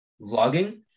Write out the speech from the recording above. vlogging